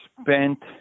spent